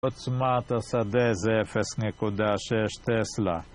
עוצמת השדה זה 0.6 טסלה